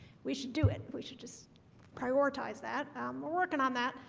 we should do it we should just prioritize that we're working on that